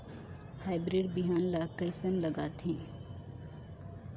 Hybrid बिहान ला कइसन लगाथे?